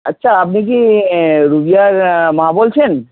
আচ্ছা আপনি কি রুবিয়ার মা বলছেন